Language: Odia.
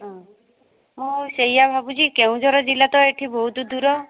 ହଁ ମୁଁ ସେୟା ଭାବୁଛି କେଉଁଝର ଜିଲ୍ଲା ତ ଏଇଠି ବହୁତ ଦୂର